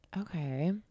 Okay